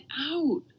out